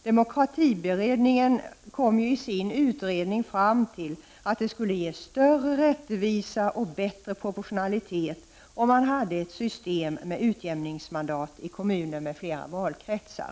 Demokratiberedningen kom ju i sin utredning fram till att det skulle ge större rättvisa och bättre proportionalitet om man hade ett system med utjämningsmandat i kommuner med flera valkretsar.